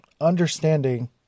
understanding